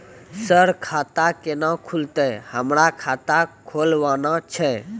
Sir खाता केना खुलतै, हमरा खाता खोलवाना छै?